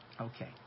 Okay